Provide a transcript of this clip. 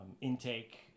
intake